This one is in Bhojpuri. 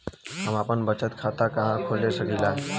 हम आपन बचत खाता कहा खोल सकीला?